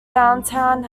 downtown